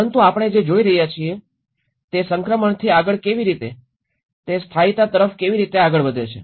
પરંતુ આપણે જે જોઇ રહ્યા છીએ તે છે સંક્રમણથી આગળ કેવી રીતે તે સ્થાયીતા તરફ કેવી રીતે આગળ વધે છે